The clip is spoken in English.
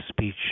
speech